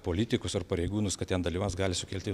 politikus ar pareigūnus kad ten dalyvaus gali sukelti